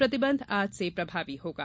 प्रतिबंध आज से प्रभावी होगा